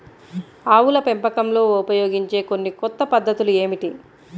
ఆవుల పెంపకంలో ఉపయోగించే కొన్ని కొత్త పద్ధతులు ఏమిటీ?